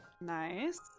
Nice